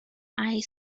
eye